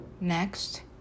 next